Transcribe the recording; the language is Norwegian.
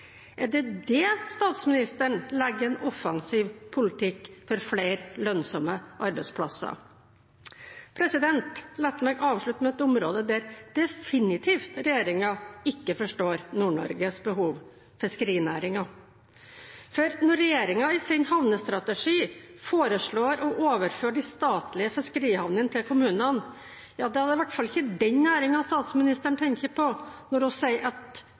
Er det det statsministeren legger i en offensiv politikk for flere lønnsomme arbeidsplasser? La meg avslutte med et område der regjeringen definitivt ikke forstår Nord-Norges behov: fiskerinæringen. Når regjeringen i sin havnestrategi foreslår å overføre de statlige fiskerihavnene til kommunene, er det i hvert fall ikke den næringen statsministeren tenker på når hun sier at